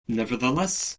nevertheless